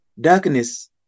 darkness